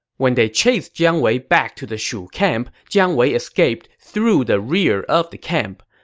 when they chased jiang wei back to the shu camp, jiang wei escaped through the rear of the camp.